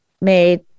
made